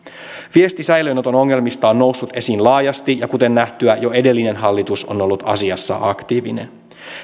viesti säilöönoton ongelmista on noussut esiin laajasti ja kuten nähtyä jo edellinen hallitus on ollut asiassa aktiivinen